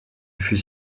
fut